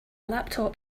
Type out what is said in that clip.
laptop